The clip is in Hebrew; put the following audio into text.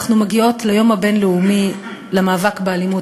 אנחנו מגיעות ליום הבין-לאומי למאבק באלימות